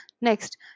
Next